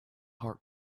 heart